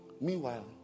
Meanwhile